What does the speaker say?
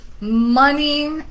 money